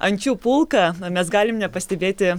ančių pulką mes galim nepastebėti